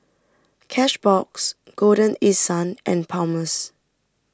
Cashbox Golden East Sun and Palmer's